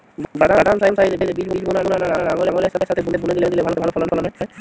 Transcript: বাদাম সারিতে বীজ বোনা না লাঙ্গলের সাথে বুনে দিলে ভালো ফলন হয়?